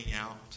out